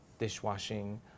Dishwashing